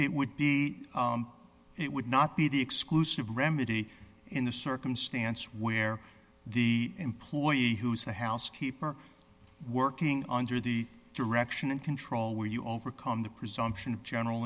it would be it would not be the exclusive remedy in the circumstance where the employee who's the housekeeper working under the direction and control where you overcome the presumption of general